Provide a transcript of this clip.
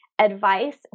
advice